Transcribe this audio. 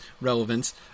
relevance